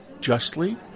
justly